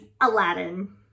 Aladdin